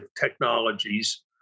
technologies